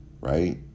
right